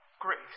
Grace